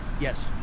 Yes